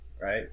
right